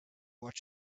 what